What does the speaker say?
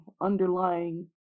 underlying